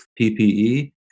PPE